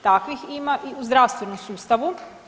Takvih ima i u zdravstvenom sustavu.